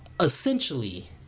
essentially